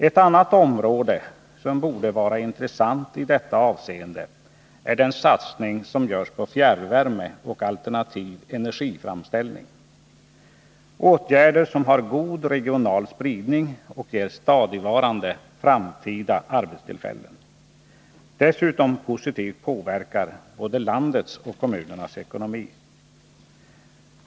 Ett annat område som borde vara intressant i detta avseende är den satsning som görs på fjärrvärme och alternativ energiframställning — åtgärder som har god regional spridning och ger stadigvarande framtida arbetstillfällen samt dessutom positivt påverkar både landets och kommunernas ekonomi.